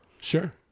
Sure